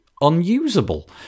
unusable